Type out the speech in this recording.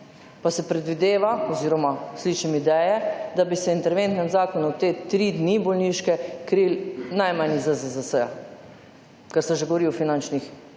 pa se predvideva oziroma slišim ideje, da bi se v interventnem zakonu te tri dni bolniške krilo najmanj iz ZZZS, ker se že govori o finančnih